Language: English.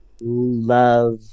love